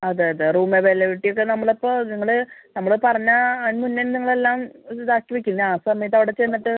അതെ അതെ room availability ഒക്കെ നമ്മൾ അപ്പോൾ നിങ്ങൾ നമ്മൾ പറഞ്ഞാൽ അതിന് മുന്നെ നിങ്ങൾ എല്ലാം ഇതാക്കി വയ്ക്കും ആ സമയത്ത് അവിടെ ചെന്നിട്ട്